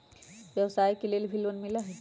व्यवसाय के लेल भी लोन मिलहई?